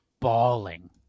bawling